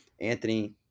Anthony